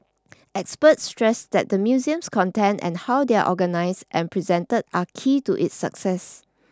experts stressed that the museum's contents and how they are organised and presented are key to its success